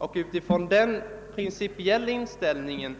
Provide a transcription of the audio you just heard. Med utgångspunkt i denna